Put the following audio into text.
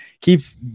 keeps